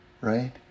right